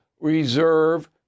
reserve